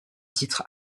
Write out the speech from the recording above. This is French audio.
titres